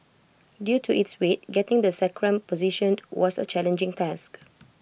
due to its weight getting the sacrum positioned was A challenging task